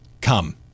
come